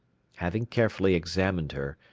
having carefully examined her,